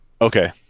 Okay